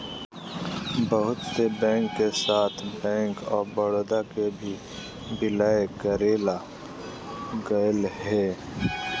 बहुत से बैंक के साथ बैंक आफ बडौदा के भी विलय करेल गेलय हें